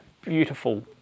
beautiful